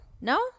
no